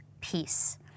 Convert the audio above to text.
peace